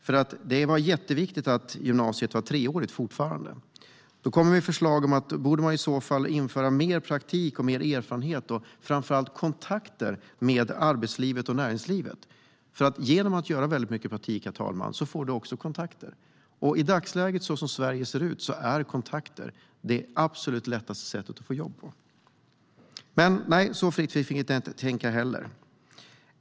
Det var nämligen jätteviktigt att gymnasiet var treårigt fortfarande. Då kom vi med förslag om att man i så fall borde införa mer praktik, erfarenheter av och framför allt kontakter med arbetslivet och näringslivet. Genom att göra mycket praktik, herr talman, får man nämligen också kontakter. I dagsläget och så som Sverige ser ut är kontakter det absolut lättaste sättet att få jobb. Men nej, så fritt fick vi inte heller tänka.